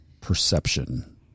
perception